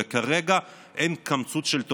וכרגע אין קמצוץ של תוכנית.